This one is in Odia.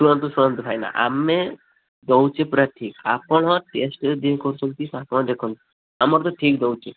ଶୁଣନ୍ତୁ ଶୁଣନ୍ତୁ ଭାଇନା ଆମେ ଦଉଛେ ପୁରା ଠିକ୍ ଆପଣ ଟେଷ୍ଟ ଯଦି ଇଏ କରୁଛନ୍ତି ତାଙ୍କ ଆଗରେ କହନ୍ତୁ ତମର ତ ଠିକ୍ ଦଉଛି